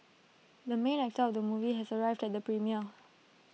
the main actor of the movie has arrived at the premiere